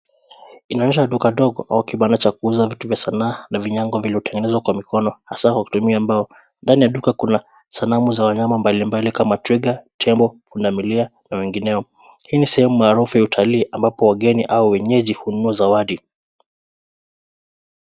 Inaonyesha duka ndogo au kibanda cha kuuza vitu vya sanaa na vinyago vilivyotengenezwa kwa mikono, hasa kwa kutumia mbao. Ndani ya duka kuna sanamu za wanyama mbalimbali kama twiga, tembo, pundamilia na wengine. Hii ni sehemu maarufu ya watalii, ambapo wageni au wenyeji hununua zawadi.